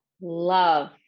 Love